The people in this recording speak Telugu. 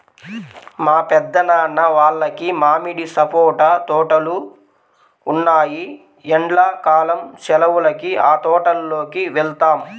మా పెద్దనాన్న వాళ్లకి మామిడి, సపోటా తోటలు ఉన్నాయ్, ఎండ్లా కాలం సెలవులకి ఆ తోటల్లోకి వెళ్తాం